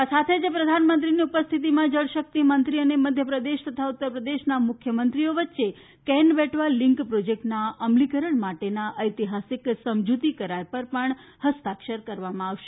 આ સાથે જ પ્રધાનમંત્રીની ઉપસ્થિતીમાં જળશક્તિ મંત્રી અને મધ્યપ્રદેશ તથા ઉત્તરપ્રદેશના મુખ્યમંત્રીઓ વચ્ચે કેન બેટવા લીંક પ્રોજેક્ટના અમલીકરણ માટેના ઐતિહાસિક સમજૂતી કરાર પર પણ હસ્તાક્ષર કરવામાં આવશે